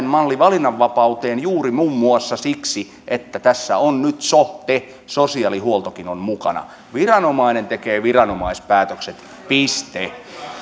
malli valinnanvapauteen juuri muun muassa siksi että tässä on nyt sote sosiaalihuoltokin on mukana viranomainen tekee viranomaispäätökset piste